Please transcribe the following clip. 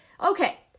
Okay